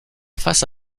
face